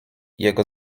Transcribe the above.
jego